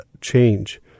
change